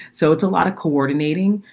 so it's a lot of coordinating.